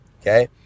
Okay